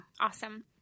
Awesome